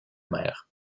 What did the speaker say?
mer